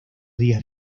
días